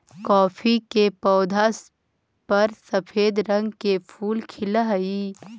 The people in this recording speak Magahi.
कॉफी के पौधा पर सफेद रंग के फूल खिलऽ हई